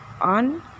on